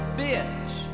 bitch